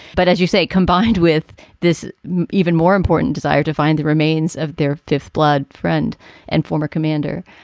but as you say, combined with this even more important desire to find the remains of their fifth blood friend and former commander.